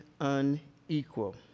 unequal